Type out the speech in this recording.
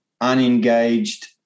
unengaged